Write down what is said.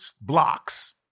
blocks